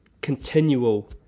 continual